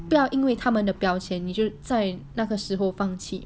不要因为他们的标签你就在那个时候放弃